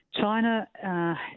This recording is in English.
China